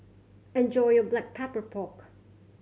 enjoy your Black Pepper Pork